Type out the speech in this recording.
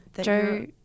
Joe